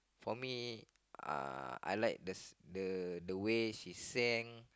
for me uh I like the the the way she sang